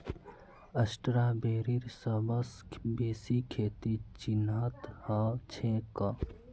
स्ट्रॉबेरीर सबस बेसी खेती चीनत ह छेक